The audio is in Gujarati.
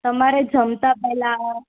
તમારે જમતા પહેલાં